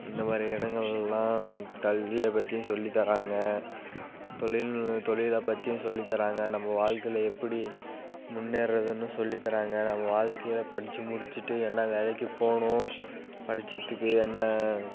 இந்த மாதிரி இடங்கள்லாம் கல்வியை பற்றியும் சொல்லி தராங்க தொழில் தொழிலை பற்றியும் சொல்லி தராங்க நம்ம வாழ்க்கையில் எப்படி முன்னேறதுன்னு சொல்லி தராங்க நாங்கள் வாழ்க்கையில் படித்து முடித்துட்டு என்ன வேலைக்கு போகணும் படித்ததுக்கு என்ன